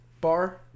bar